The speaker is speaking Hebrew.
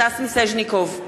סטס מיסז'ניקוב,